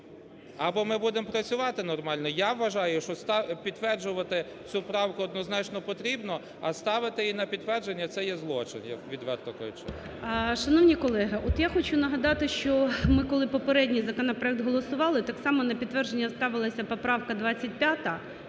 або ми будемо працювати нормально. Я вважаю, що підтверджувати цю правку однозначно потрібно, а ставити її на підтвердження – це є злочин, я відверто кажу. ГОЛОВУЮЧИЙ. Шановні колеги, от я хочу нагадати, що ми, коли попередній законопроект голосували, так само на підтвердження ставилася поправка 25,